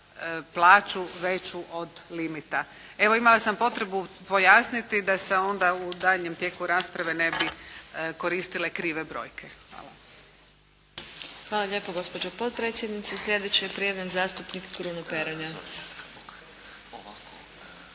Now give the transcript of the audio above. plaću veću od limita. Evo, imala sam potrebu pojasniti da se onda u daljnjem tijeku rasprave ne bi koristile krive brojke. Hvala. **Adlešič, Đurđa (HSLS)** Hvala lijepo gospođo potpredsjednice. Slijedeći je prijavljen zastupnik Kruno Peronja.